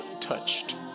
Touched